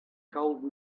cold